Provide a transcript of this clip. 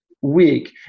week